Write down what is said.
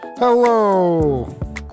Hello